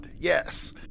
Yes